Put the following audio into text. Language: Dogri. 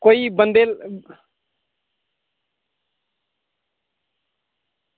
कोई बंदे